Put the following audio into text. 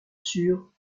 sur